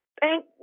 Thank